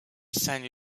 seine